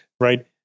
right